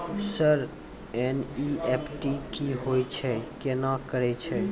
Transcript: Sir NEFT की होय छै, केना करे छै?